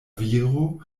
viro